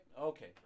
Okay